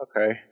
okay